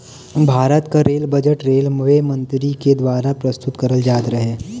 भारत क rail budget railway मंत्री के दवारा प्रस्तुत करल जात रहे